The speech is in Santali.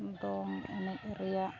ᱫᱚᱝ ᱮᱱᱮᱡ ᱨᱮᱭᱟᱜ